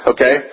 Okay